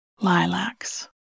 lilacs